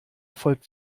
folgt